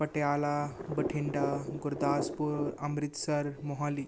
Patiala Bathinda Gurdaspur Amritsar Mohali